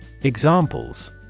Examples